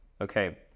okay